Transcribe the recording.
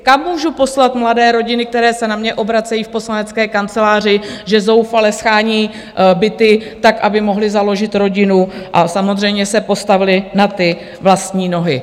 Kam můžu poslat mladé rodiny, které se na mě obracejí v poslanecké kanceláři, že zoufale shání byty tak, aby mohly založit rodinu a samozřejmě se postavily na vlastní nohy?